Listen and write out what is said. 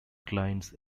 clients